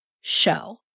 show